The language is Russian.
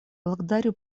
благодарю